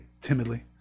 timidly